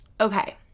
Okay